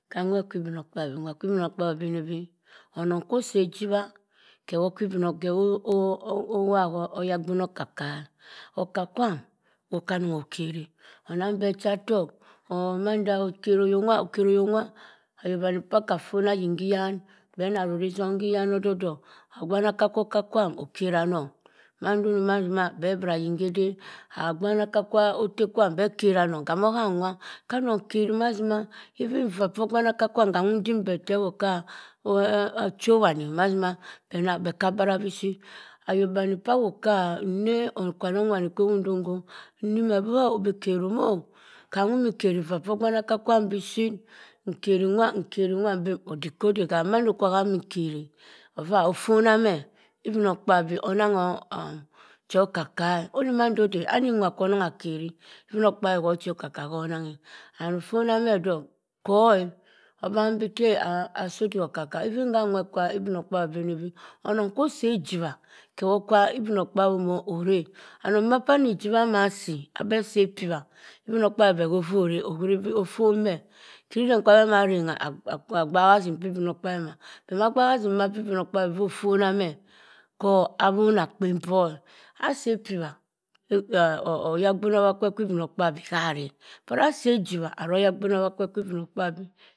Kah nwer ku obinokpabi nwa kwu obinokpabi obeni beh onung kwu usi ejibah keh wo owop oyagbin okah okakwam kam ochere onung beh uchu otokk, huh mandah okero oyok nwa okeroyok nwa ayobani maka fon nah yin keh beh nah run etom beh eyan odok odok ogbane ka kwo oka- kwam okera anung maduma duma abeh bra ayinke eden agwuna aka kwam beh keranen mah atima even eva poh ogbanaka kwam udum beh otewo meh ka bura ship ayok bench pah awoka nne ekwanen kiwo gando inimma otercm oh ka wumuh nkenn eva pam ogbenaka pam ship nkeri nwa nkeri nwam bi odikode kama nun nkeri afoh ofuna mme ogbinokpasi onongho isiwoh oko- kka mandode abi nwa ku unen okeri obino kpabi ku udo oka- kka huh onenghe hamifuna meh dok koh oba bi asi uduk oko- kka even ke nwer kuh obinokpabi obeni beh uso ijibah kewo ku obinokpabi moh ore aneng nnano ijiwah asi beni isi epiwah obinokpasi beh he ho ofor beh hero beh aaua arengha akpuwa agbasin peh obinokpabi moh ofunah akpen poh asi epiwa oyagbin awe kwe obinokpabi aro oyagbin owakwe kwo obinokpabi.